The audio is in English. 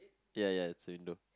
ya ya it's a window